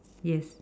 yes